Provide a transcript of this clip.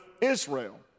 Israel